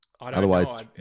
Otherwise